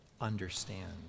understand